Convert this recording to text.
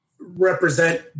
represent –